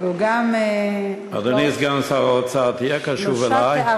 אדוני סגן שר האוצר, תהיה קשוב אלי.